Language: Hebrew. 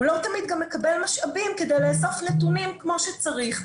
לא תמיד הוא מקבל גם משאבים כדי לאסוף נתונים כמו שצריך.